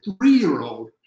three-year-old